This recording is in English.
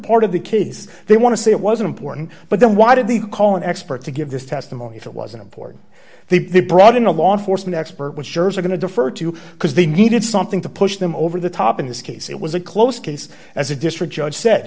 part of the kids they want to say it was important but then why did they call an expert to give this testimony if it was important they brought in a law enforcement expert which sure is going to defer to you because they needed something to push them over the top in this case it was a close case as a district judge said